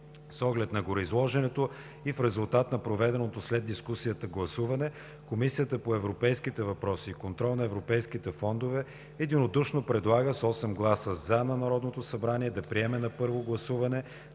С оглед на гореизложеното, и в резултат на проведеното след дискусията гласуване, Комисията по европейските въпроси и контрол на европейските фондове единодушно предлага с 8 гласа „за” на Народното събрание да приеме на първо гласуване